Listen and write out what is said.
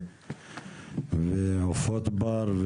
עופות בר,